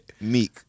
Meek